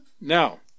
Now